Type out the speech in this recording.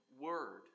word